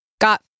got